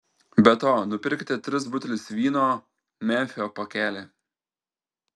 be to nupirkite tris butelius vyno memfio pakelį